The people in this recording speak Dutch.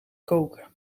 koken